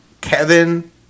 Kevin